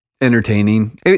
entertaining